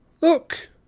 Look